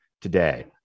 today